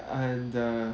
and uh